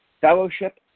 fellowship